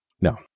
No